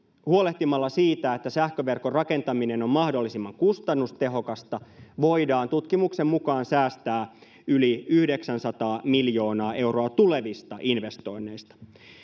huolehtimalla siitä että sähköverkon rakentaminen on mahdollisimman kustannustehokasta voidaan tutkimuksen mukaan säästää yli yhdeksänsataa miljoonaa euroa tulevista investoinneista